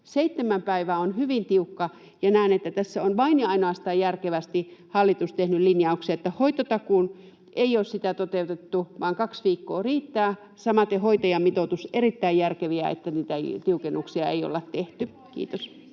Seitsemän päivää on hyvin tiukka, ja näen, että tässä on vain ja ainoastaan järkevästi hallitus tehnyt linjauksia, että hoitotakuuseen ei ole sitä toteutettu, vaan kaksi viikkoa riittää. Samaten hoitajamitoitus. Erittäin järkevää, että näitä tiukennuksia ei olla tehty. — Kiitos.